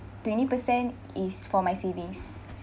twenty percent is for my savings